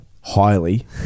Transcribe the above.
highly